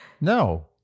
No